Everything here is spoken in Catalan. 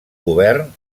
govern